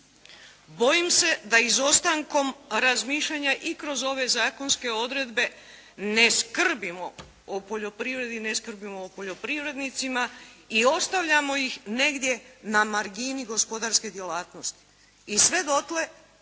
bojim se da izostankom razmišljanja i kroz ove zakonske odredbe ne skrbimo o poljoprivredi, ne skrbimo o poljoprivrednicima i ostavljamo ih negdje na margini gospodarske djelatnosti. I sve dotle